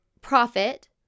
profit